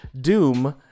doom